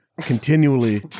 continually